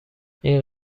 این